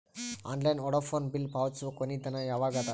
Online Vodafone bill ಪಾವತಿಸುವ ಕೊನಿ ದಿನ ಯವಾಗ ಅದ?